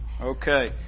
Okay